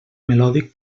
melòdic